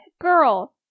Girl